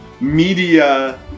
media